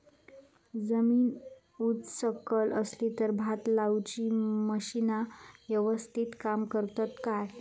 जमीन उच सकल असली तर भात लाऊची मशीना यवस्तीत काम करतत काय?